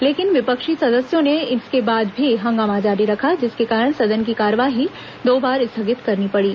लेकिन विपक्षी सदस्यों ने इसके बाद भी हंगामा जारी रखा जिसके कारण सदन की कार्यवाही दो बार स्थगित करनी पड़ी